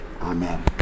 Amen